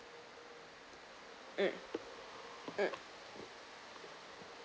um um